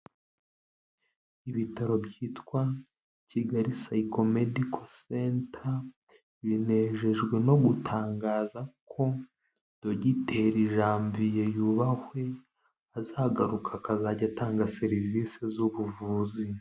Ibitaro byitwa Kigali Psycho-Medical Center, binejejwe no gutangaza ko dogiteri Janvier Yubahwe azagaruka akazajya atanga serivise z'ubuvuzi.